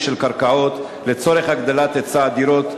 של קרקעות לצורך הגדלת היצע הדירות.